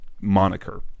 moniker